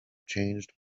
changed